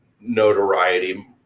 notoriety